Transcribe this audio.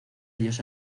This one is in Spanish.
ellos